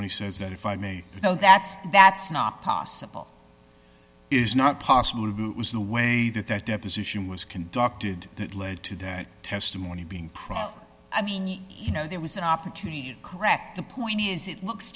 testimony says that if i may no that's that's not possible is not possible was the way that that deposition was conducted that led to that testimony being proffered i mean you know there was an opportunity to correct the point is it looks